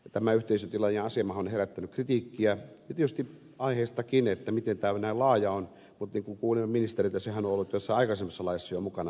tämä yhteisötilaajan asema on herättänyt kritiikkiä ja tietysti aiheestakin että miten tämä näin laaja on mutta niin kuin kuulimme ministeriltä nämä yhteisötilaajathan ovat olleet jossain aikaisemmissa laissa jo mukana